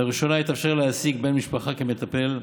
לראשונה התאפשר להעסיק בן משפחה כמטפל.